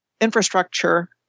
infrastructure